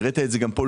והראית את זה גם פה,